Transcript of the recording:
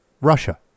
Russia